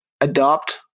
adopt